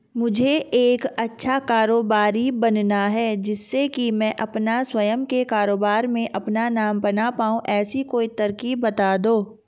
मुझे एक अच्छा कारोबारी बनना है जिससे कि मैं अपना स्वयं के कारोबार में अपना नाम बना पाऊं ऐसी कोई तरकीब पता दो?